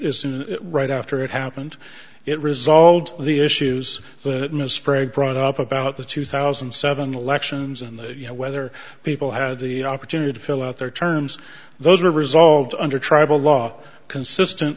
isn't right after it happened it resolved the issues that ms sprague brought up about the two thousand and seven elections and you know whether people had the opportunity to fill out their terms those were resolved under tribal law consistent